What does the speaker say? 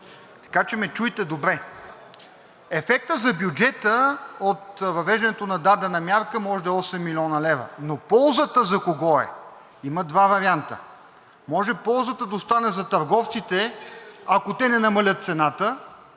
така че ме чуйте добре. Ефектът за бюджета от въвеждането на дадена мярка може да е 8 млн. лв., но ползата за кого е? Има два варианта – може ползата да остане за търговците, ако те не намалят цената,